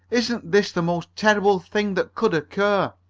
isn't this the most terrible thing that could occur!